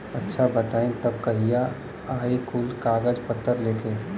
अच्छा बताई तब कहिया आई कुल कागज पतर लेके?